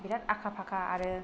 बिराद आखा फाखा आरो